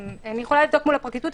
אני יכולה לבדוק מול הפרקליטות.